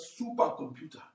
supercomputer